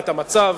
את המצב.